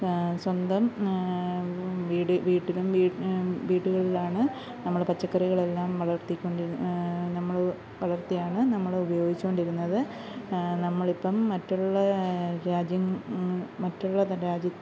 സ്വന്തം വീട് വീട്ടിലും വീട്ടുകളിലാണ് നമ്മൾ പച്ചക്കറികളെല്ലാം വളര്ത്തിക്കൊണ്ടിരുന്ന നമ്മൾ വളര്ത്തിയാണ് നമ്മൾ ഉപയോഗിച്ചുകൊണ്ടിരുന്നത് നമ്മൾ ഇപ്പം മറ്റുള്ള രാജ്യം മറ്റുള്ള രാജ്യ